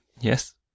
Yes